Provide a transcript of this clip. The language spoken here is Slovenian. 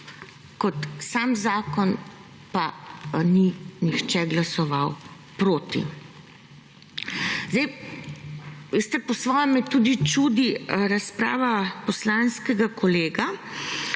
Kot sam zakon pa ni nihče glasoval proti. Zdaj veste, po svoje me tudi čudi razprava poslanskega kolega,